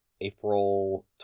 April